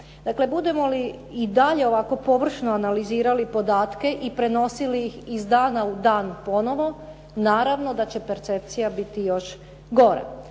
budemo li i dalje ovako površno analizirali podatke i prenosili ih iz dana u dan ponovo, naravno da će percepcija biti još gora.